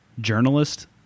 journalist